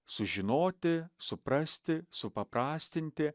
sužinoti suprasti supaprastinti